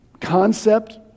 concept